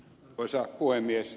arvoisa puhemies